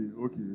okay